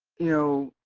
you know,